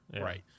Right